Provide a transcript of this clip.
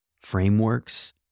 frameworks